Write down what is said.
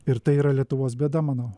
ir tai yra lietuvos bėda manau